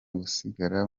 gusigara